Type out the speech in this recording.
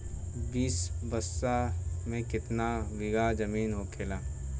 बीस बिस्सा में कितना बिघा जमीन होखेला?